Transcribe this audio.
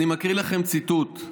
אני מקריא לכם ציטוט,